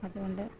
അതുകൊണ്ട്